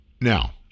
Now